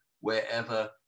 wherever